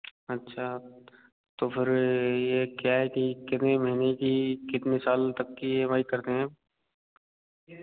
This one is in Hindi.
अच्छा तो फिर ये क्या है कि कितनी महीने की कितनी साल तक की ई एम आई करते हैं